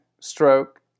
stroke